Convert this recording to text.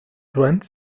douanes